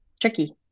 tricky